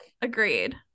agreed